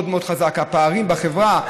הפערים בחברה.